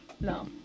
No